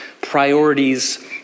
priorities